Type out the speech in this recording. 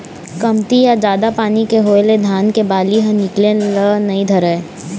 कमती या जादा पानी के होए ले धान के बाली ह निकले ल नइ धरय